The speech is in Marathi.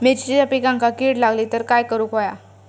मिरचीच्या पिकांक कीड लागली तर काय करुक होया?